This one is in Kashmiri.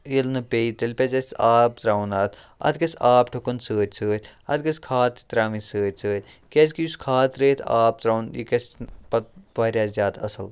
ییٚلہِ نہٕ پے تیٚلہِ پَزِ اَسہِ آب ترٛاوُن اَتھ اَتھ گَژھِ آب ٹھُکُن سۭتۍ سۭتۍ اَتھ گژھِ کھاد تہِ ترٛاوٕنۍ سۭتۍ سۭتۍ کیٛازِکہِ یُس کھاد ترٛٲیِتھ آب ترٛاوُن یہِ گژھِ نہٕ پَتہٕ واریاہ زیادٕ اَصٕل